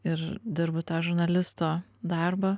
ir dirbu tą žurnalisto darbą